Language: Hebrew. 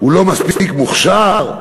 הוא לא מספיק מוכשר?